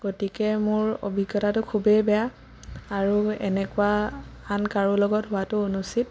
গতিকে মোৰ অভিজ্ঞতাটো খুবেই বেয়া আৰু এনেকুৱা আন কাৰো লগত হোৱাটো অনুচিত